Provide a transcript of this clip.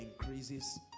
increases